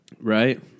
Right